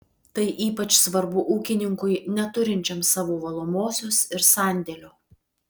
tai ypač svarbu ūkininkui neturinčiam savo valomosios ir sandėlio